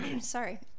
sorry